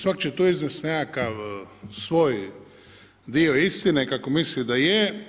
Svatko će tu iznijet nekakav svoj dio istine kako misli da je.